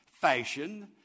fashion